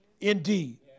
indeed